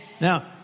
Now